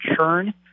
churn